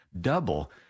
double